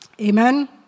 Amen